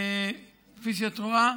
כפי שאת רואה.